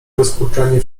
rozkurczenie